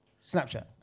Snapchat